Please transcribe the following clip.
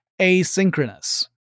asynchronous